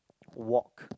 walk